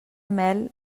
mel